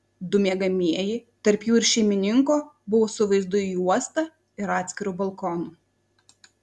du miegamieji tarp jų ir šeimininko buvo su vaizdu į uostą ir atskiru balkonu